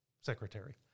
secretary